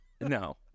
No